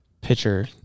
pitcher